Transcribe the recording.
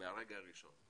וזה מהרגע הראשון,